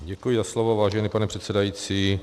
Děkuji za slovo, vážený pane předsedající.